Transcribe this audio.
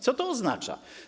Co to oznacza?